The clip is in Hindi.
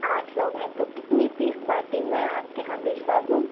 आठ लोग हैं तो कितने पीस बाटी मैं आपके यहाँ भिजवा दूँ